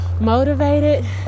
motivated